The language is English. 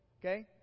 okay